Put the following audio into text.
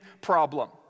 problem